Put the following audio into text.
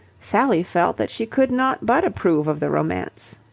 sally felt that she could not but approve of the romance.